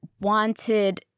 wanted